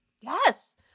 Yes